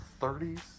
30s